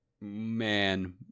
man